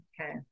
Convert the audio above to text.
Okay